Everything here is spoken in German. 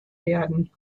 werden